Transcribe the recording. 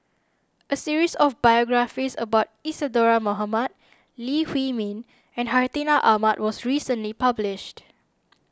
a series of biographies about Isadhora Mohamed Lee Huei Min and Hartinah Ahmad was recently published